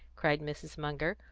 cried mrs. munger.